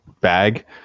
bag